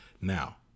Now